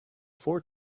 four